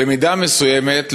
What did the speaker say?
במידה מסוימת,